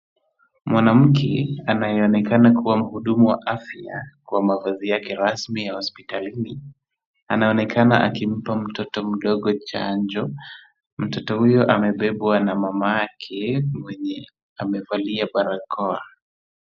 Mwanamke anayeonekana kuwa mhudumu wa afya kwa mavazi yake rasmi ya hospitali hii, anaonekana akimpa mtoto mdogo chanjo. Mtoto huyo amebebwa na mamake mwenye amevalia barakoa.